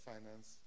Finance